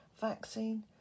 vaccine